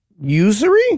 Usury